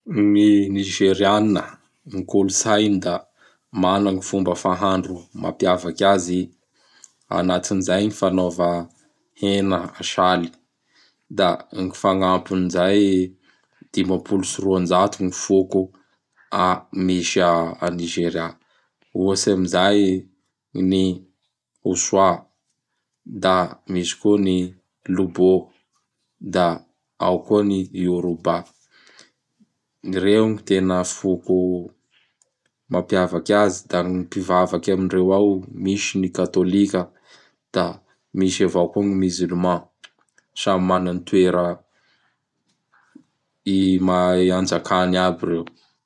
Gny Nizerianina! Gny kolotsainy da mana gn fomba fahandro mampiavaky azy i, anatin'izay gn fanaova hena asaly. Da gn fagnampin'izay, dimapolo sy roanjato gny foko a misy a a Nigéria. Ohatsy amin'izay: gn ny hosoa, da misy koa ny Lobô, da ao koa ny Yôroba! Reo gn tena foko mampiavaky azy da gny mpivavaky amindreo ao misy ny Katôlika. Da misy avao koa gn Musulman. Samy mana gny toera i anjakakany aby reo.